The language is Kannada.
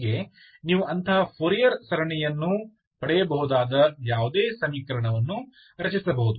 ಹೀಗೆ ನೀವು ಅಂತಹ ಫೋರಿಯರ್ ಸರಣಿಯನ್ನು ಪಡೆಯಬಹುದಾದ ಯಾವುದೇ ಸಮೀಕರಣವನ್ನು ರಚಿಸಬಹುದು